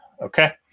okay